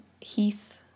Heath